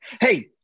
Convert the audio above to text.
Hey